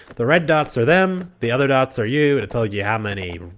the red dots are them. the other dots are you. it it tells you how many,